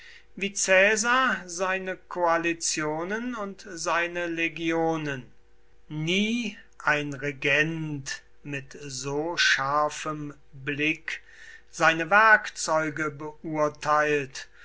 wie caesar seine koalitionen und seine legionen nie ein regent mit so scharfem blick seine werkzeuge beurteilt